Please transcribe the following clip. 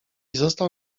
został